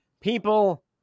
people